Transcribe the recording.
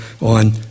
on